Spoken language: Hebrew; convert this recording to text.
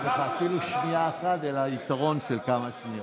לך אפילו שנייה אחת אלא יתרון של כמה שניות.